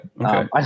Okay